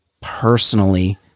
Personally